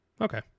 Okay